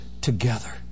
together